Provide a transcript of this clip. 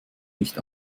nicht